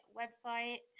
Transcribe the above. website